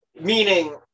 meaning